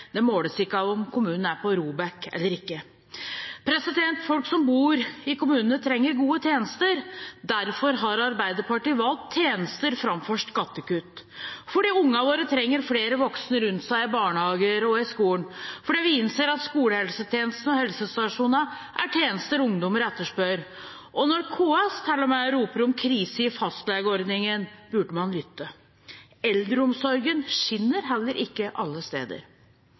Det måles ikke av om kommunen er på ROBEK eller ikke. Folk som bor i kommunene, trenger gode tjenester. Derfor har Arbeiderpartiet valgt tjenester framfor skattekutt, fordi ungene våre trenger flere voksne rundt seg i barnehagen og i skolen, og fordi vi innser at skolehelsetjenesten og helsestasjoner er tjenester ungdommer etterspør. Når KS, til og med, roper om krise i fastlegeordningen, burde man lytte. Eldreomsorgen skinner heller ikke alle steder.